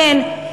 כן,